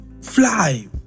fly